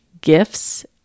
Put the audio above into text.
gifts